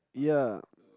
ya